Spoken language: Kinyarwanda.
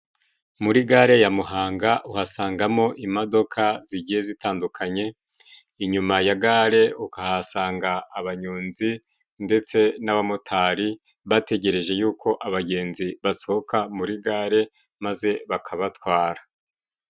Muri gare ya Muhanga uhasangamo imodoka zigiye zitandukanye, inyuma ya gare ukahasanga abanyonzi ndetse n'abamotari, bategereje y'uko abagenzi basohoka muri gare maze bakabatwara.